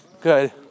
Good